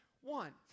one